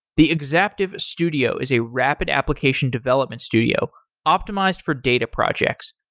the exaptive studio is a rapid application development studio optimized for data projects.